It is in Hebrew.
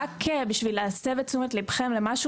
רק בשביל להסב את תשומת ליבכם למשהו